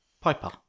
Piper